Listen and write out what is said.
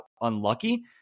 unlucky